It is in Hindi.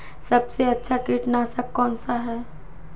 सबसे अच्छा कीटनाशक कौनसा है?